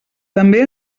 també